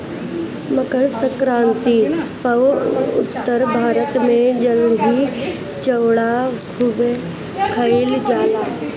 मकरसंक्रांति पअ उत्तर भारत में दही चूड़ा खूबे खईल जाला